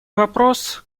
вопрос